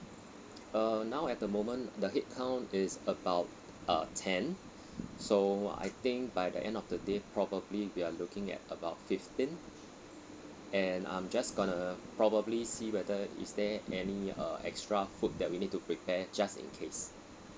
err now at the moment the head count is about uh ten so I think by the end of the day probably we are looking at about fifteen and I'm just gonna probably see whether is there any uh extra food that we need to prepare just in case